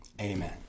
Amen